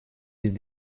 есть